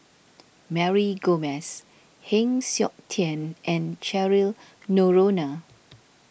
Mary Gomes Heng Siok Tian and Cheryl Noronha